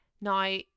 Now